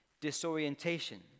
disorientation